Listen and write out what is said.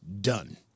done